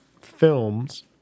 films